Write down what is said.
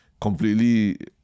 completely